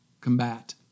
combat